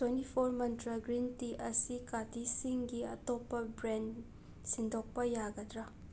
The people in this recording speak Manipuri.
twenty four Mantra green tea ꯑꯁꯤ ꯀꯥꯇꯤꯁꯤꯡꯒꯤ ꯑꯇꯣꯞꯄ ꯕ꯭ꯔꯦꯟ ꯁꯤꯟꯗꯣꯛꯄ ꯌꯥꯒꯗ꯭ꯔꯥ